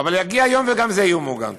אבל יגיע יום וגם זה יהיה מעוגן.